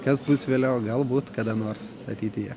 kas bus vėliau galbūt kada nors ateityje